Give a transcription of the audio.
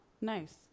Nice